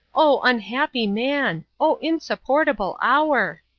oh, unhappy man! oh, insupportable hour!